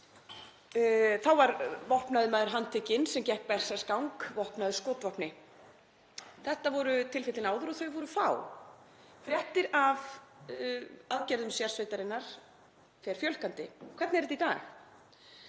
Þá var vopnaður maður handtekinn sem gekk berserksgang vopnaður skotvopni. Þetta voru tilfellin áður og þau voru fá. Fréttum af aðgerðum sérsveitarinnar fer fjölgandi. Hvernig er þetta í dag?